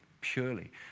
purely